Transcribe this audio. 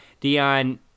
Dion